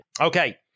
Okay